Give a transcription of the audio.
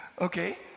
Okay